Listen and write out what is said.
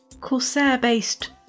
Corsair-based